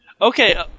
Okay